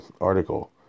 article